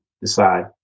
decide